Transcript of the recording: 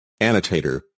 Annotator